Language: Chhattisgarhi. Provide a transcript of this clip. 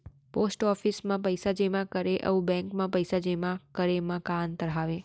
पोस्ट ऑफिस मा पइसा जेमा करे अऊ बैंक मा पइसा जेमा करे मा का अंतर हावे